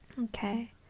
Okay